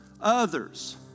others